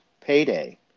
payday